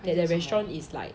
that the restaurant is like